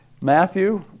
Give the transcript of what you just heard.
Matthew